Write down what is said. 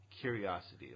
Curiosity